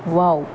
wow